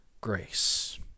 grace